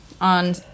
on